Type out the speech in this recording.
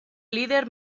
líder